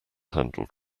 handled